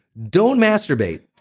don't masturbate